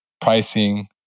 pricing